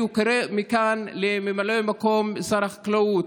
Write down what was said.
אני קורא מכאן לממלא מקום שר החקלאות,